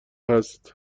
هست